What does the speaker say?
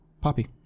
Poppy